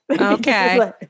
Okay